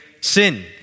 Sin